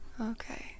Okay